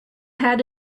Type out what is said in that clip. had